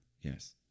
Yes